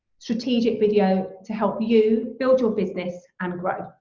strategic video to help you build your business and grow.